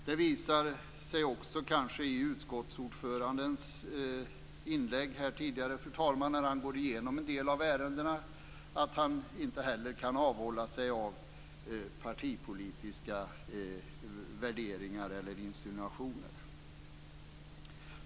Det visade sig också, när utskottsordföranden gick igenom en del av ärendena i sitt inlägg här tidigare, att inte heller han kunde avhålla sig från partipolitiska värderingar eller insinuationer.